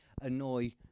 annoy